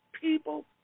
People